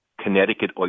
Connecticut